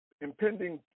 impending